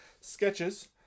sketches